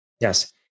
Yes